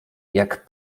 jak